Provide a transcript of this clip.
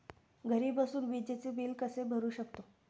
घरी बसून विजेचे बिल कसे भरू शकतो?